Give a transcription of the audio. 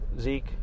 Zeke